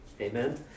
Amen